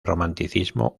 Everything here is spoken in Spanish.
romanticismo